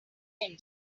engine